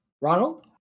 Ronald